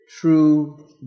true